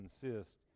consist